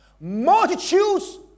multitudes